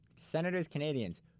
Senators-Canadians